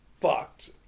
fucked